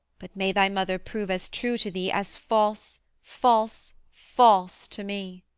but may thy mother prove as true to thee as false, false, false to me!